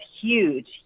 huge